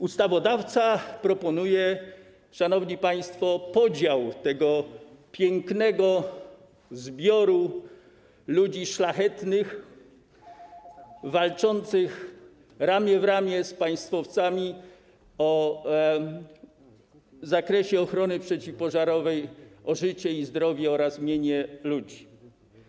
Ustawodawca proponuje, szanowni państwo, podział tego pięknego zbioru ludzi szlachetnych, walczących ramię w ramię z państwowcami w zakresie ochrony przeciwpożarowej, o życie, zdrowie oraz mienie ludzi.